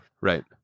right